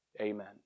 amen